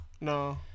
No